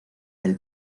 del